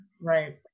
Right